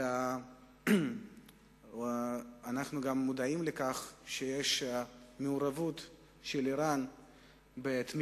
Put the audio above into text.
אלא אנחנו גם מודעים לכך שיש מעורבות של אירן בתמיכה